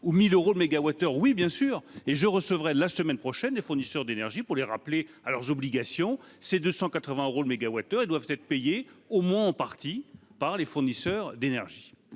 ou 1 000 euros le mégawattheure ? Oui, bien sûr, et je recevrai la semaine prochaine les fournisseurs d'énergie pour les rappeler à leurs obligations. Je vous le dis, ces 280 euros le mégawattheure doivent être payés, au moins en partie, par les fournisseurs d'énergie.